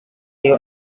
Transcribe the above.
you